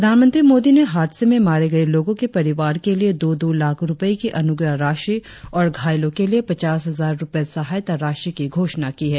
प्रधानमंत्री मोदी ने हादसे में मारे गये लोगो के परिवार के लिए दो दो लाख रुपये की अनुग्रह राशि और घायलों के लिए पचास हजार रुपये सहायता राशि की घोषणा की है